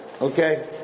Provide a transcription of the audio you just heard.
Okay